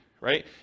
right